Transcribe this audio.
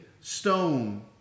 stone